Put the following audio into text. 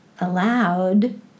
aloud